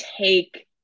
take